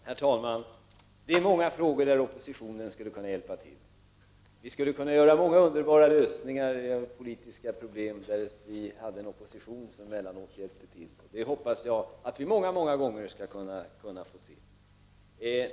Herr talman! Det är i oerhört många frågor som oppositionen skulle kunna hjälpa till. Vi skulle kunna göra många underbara lösningar på politiska problem, därest vi hade en opposition som emellanåt hjälpte till. Jag hoppas att vi många gånger skall få se exempel på detta.